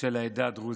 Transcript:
של העדה הדרוזית.